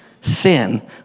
sin